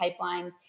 pipelines